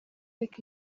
ariko